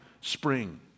spring